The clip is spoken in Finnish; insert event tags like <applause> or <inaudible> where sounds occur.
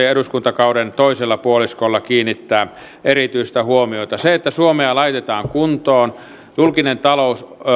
<unintelligible> ja eduskuntakauden toisella puoliskolla kiinnittää erityistä huomiota suomea laitetaan kuntoon ja julkisen talouden